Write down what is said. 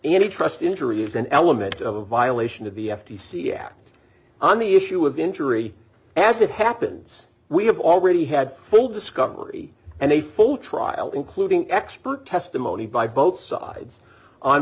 any trust injury is an element of a violation of the f t c act on the issue of injury as it happens we have already had full discovery and a full trial including expert testimony by both sides on